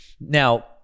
Now